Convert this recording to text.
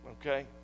okay